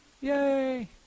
Yay